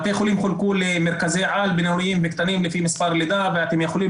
בתי החולים חולקו למרכזי-על בינוניים וקטנים לפי מספר לידות ואתם יכולים